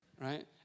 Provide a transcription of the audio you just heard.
Right